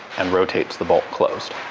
and rotates the bolt closed.